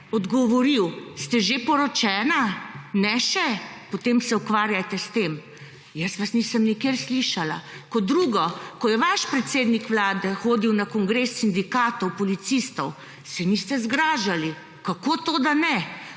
odgovoril ste že poročena? Ne še? Potem se ukvarjajte s tem. Jaz vas nisem nikjer slišala. Kot drugo, ko je vaš predsednik Vlade hodil na kongres sindikatov policistov se niste zgražali kako to da ne